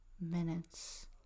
minutes